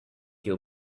your